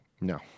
No